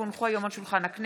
כי הונחו היום על שולחן הכנסת,